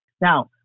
Now